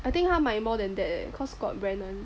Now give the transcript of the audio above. I think 他买 more than that cause got brand [one]